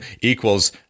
equals